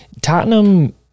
Tottenham